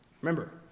Remember